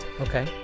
Okay